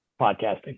podcasting